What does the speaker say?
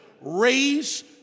Raise